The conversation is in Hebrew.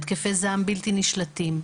התקפי זעם בלתי נשלטים.